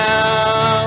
now